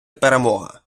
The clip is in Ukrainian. перемога